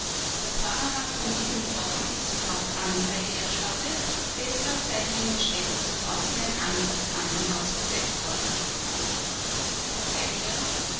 der pfarrer habe von diesem vorkommnis sofort anzeige erstattet deshalb sei die junge schwester sofort in ein anderes krankenhaus versetzt worden